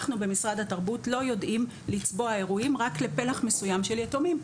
אנחנו במשרד התרבות לא יודעים לצבוע אירועים רק לפלח מסוים של יתומים.